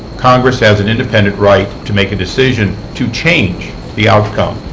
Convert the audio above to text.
congress has an independent right to make a decision to change the outcome.